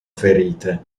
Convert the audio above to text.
ferite